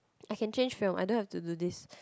I can change film I don't have to do this